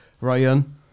Ryan